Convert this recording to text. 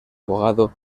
abogado